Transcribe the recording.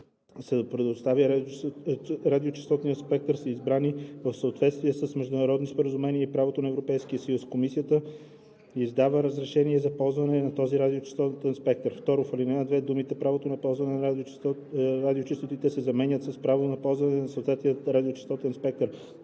се предоставя радиочестотният спектър, са избрани в съответствие с международни споразумения и правото на Европейския съюз, комисията издава разрешение за ползване на този радиочестотен спектър.“ 2. В ал. 2 думите „правото на ползване на радиочестотите“ се заменят с „правото за ползване на съответния радиочестотен спектър“